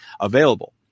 available